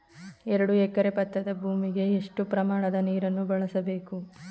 ಎರಡು ಎಕರೆ ಭತ್ತದ ಭೂಮಿಗೆ ಎಷ್ಟು ಪ್ರಮಾಣದ ನೀರನ್ನು ಬಳಸಬೇಕು?